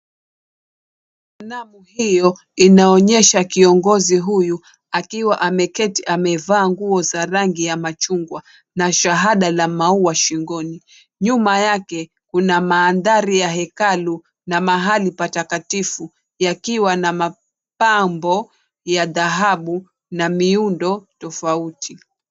Sanamu hio inaonyesha kiongozi huyu akiwa ameketi amevaa nguo za rangi ya machungwa na shahada la maua shingoni. Nyuma yake kuna mandhari ya hekalu na mahali patakatifu yakiwa na mapambo ya dhahabu na miundo tofauti.